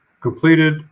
completed